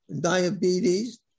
diabetes